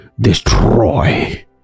Destroy